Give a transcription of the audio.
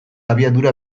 abiadura